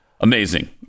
Amazing